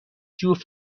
جفت